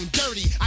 dirty